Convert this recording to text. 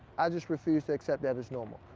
i just refuse to accept that as normal.